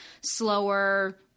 slower